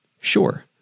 Sure